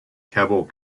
keble